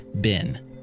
bin